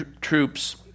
troops